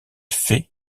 fait